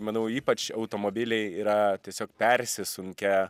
manau ypač automobiliai yra tiesiog persisunkę